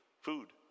food